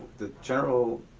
the general